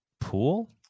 pool